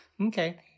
Okay